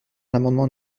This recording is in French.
l’amendement